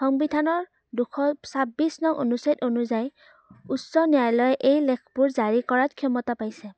সংবিধানৰ দুশ ছাব্বিছ নং অনুচ্ছেদ অনুযায়ী উচ্চ ন্যায়ালয় এই লেখবোৰ জাৰি কৰাত ক্ষমতা পাইছে